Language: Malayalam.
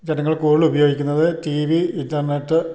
ജനങ്ങൾ കൂടുതൽ ഉപയോഗിക്കുന്നത് ടിവി ഇൻറ്റർനെറ്റ്